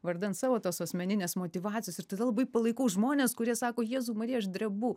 vardan savo tos asmeninės motyvacijos ir todėl labai palaikau žmones kurie sako jėzau marija aš drebu